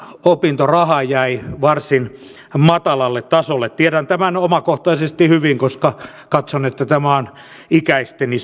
opintoraha jäi varsin matalalle tasolle tiedän tämän omakohtaisesti hyvin koska katson että tämä on ikäisteni